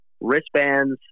wristbands